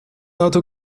auto